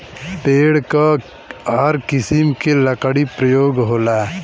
पेड़ क हर किसिम के लकड़ी परयोग होला